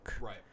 Right